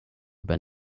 been